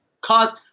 cause